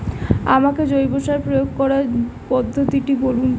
আমাকে জৈব সার প্রয়োগ করার পদ্ধতিটি বলুন?